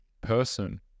person